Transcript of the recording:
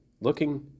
looking